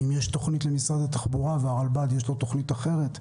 ואם יש תוכנית למשרד התחבורה ולרלב"ד יש תוכנית אחרת,